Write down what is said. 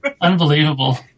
Unbelievable